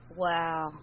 Wow